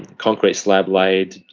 concrete-slab lead,